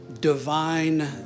divine